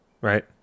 Right